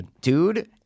dude